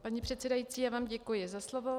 Paní předsedající, já vám děkuji za slovo.